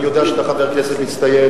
אני יודע שאתה חבר כנסת מצטיין,